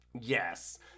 Yes